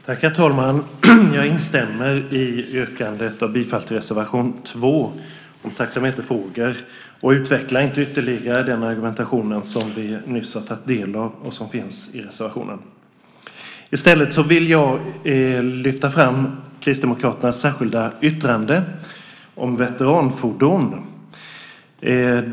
Herr talman! Jag instämmer i yrkandet om bifall till reservation 2 om taxameterfrågor och utvecklar därför inte ytterligare den argumentation som vi just tagit del av och som även finns i reservationen. I stället vill jag lyfta fram Kristdemokraternas särskilda yttrande om veteranfordon.